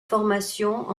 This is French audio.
formations